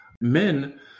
Men